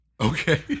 Okay